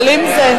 אבל אם זה,